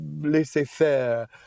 laissez-faire